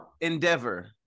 Endeavor